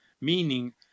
Meaning